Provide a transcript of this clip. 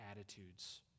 attitudes